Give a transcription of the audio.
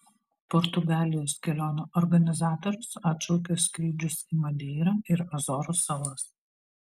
portugalijos kelionių organizatorius atšaukia skrydžius į madeirą ir azorų salas